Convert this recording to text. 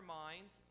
minds